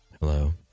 Hello